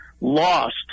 lost